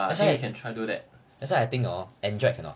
that's why that's why I think hor Android cannot